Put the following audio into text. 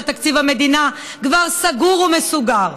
שתקציב המדינה כבר סגור ומסוגר.